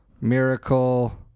Miracle